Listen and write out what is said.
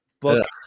book